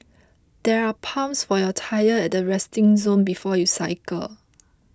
there are pumps for your tyres at the resting zone before you cycle